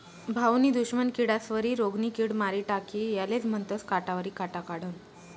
भाऊनी दुश्मन किडास्वरी रोगनी किड मारी टाकी यालेज म्हनतंस काटावरी काटा काढनं